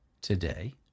Today